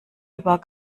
über